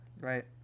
Right